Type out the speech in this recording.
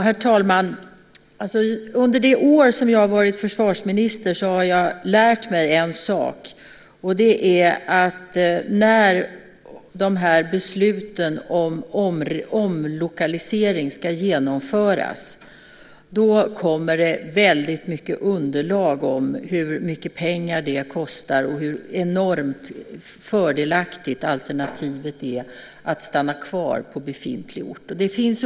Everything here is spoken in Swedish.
Herr talman! Under det år som jag varit försvarsminister har jag lärt mig en sak, och det är att när de här besluten om omlokalisering ska genomföras kommer det väldigt mycket underlag om hur mycket pengar det kostar och hur enormt fördelaktigt alternativet att stanna kvar på befintlig ort är.